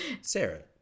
Sarah